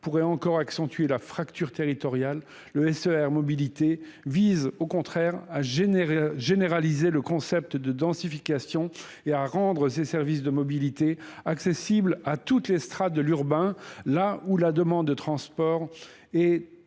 pourrait encore accentuer la fracture territoriale, le S E R mobilité vise au contraire à généraliser le concept de densification et à rendre ces services de mobilité accessibles à toutes les strates de l'urbain là où la demande de transport est